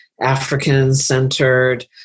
African-centered